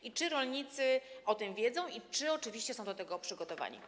I czy rolnicy o tym wiedzą i czy oczywiście są do tego przygotowani?